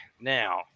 now